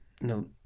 no